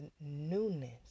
newness